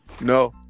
No